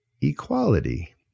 equality